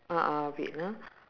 a'ah wait ah